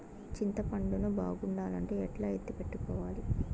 చింతపండు ను బాగుండాలంటే ఎట్లా ఎత్తిపెట్టుకోవాలి?